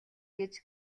гэж